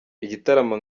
igitaramo